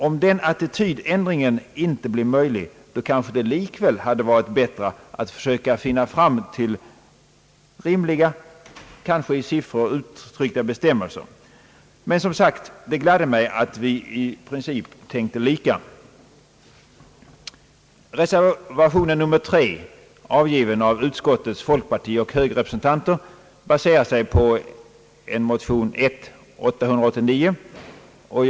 Om den attitydändringen inte blir möjlig, kanske det likväl hade varit bättre att försöka finna rimliga, kanske i siffror uttryckta bestämmelser. Men som jag redan sagt gladde det mig att vi i princip tänkte lika. Reservation II, avgiven av utskottets folkpartioch högerpartirepresentanter, baserar sig på ett motionspar, 1: 889 och II: 1143.